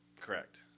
Correct